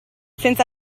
senza